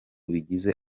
bigize